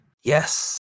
Yes